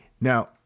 Now